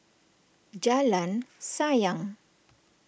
Jalan Sayang